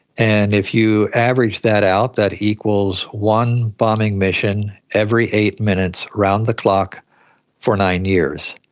and if you average that out, that equals one bombing mission every eight minutes around the clock for nine years.